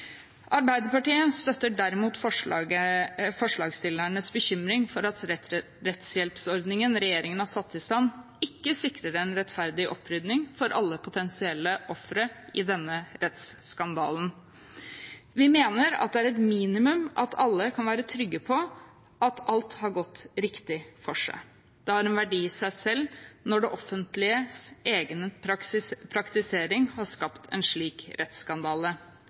Arbeiderpartiet støtter derimot forslagsstillernes bekymring for at rettshjelpsordningen regjeringen har satt i stand, ikke sikrer en rettferdig opprydning for alle potensielle ofre i denne rettsskandalen. Vi mener at det er et minimum at alle kan være trygge på at alt har gått riktig for seg. Det har en verdi i seg selv, når det offentliges egen praktisering har skapt en slik rettsskandale.